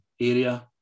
area